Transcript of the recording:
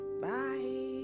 Bye